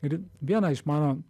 ir viena iš mano